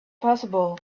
possible